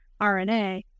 RNA